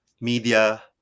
media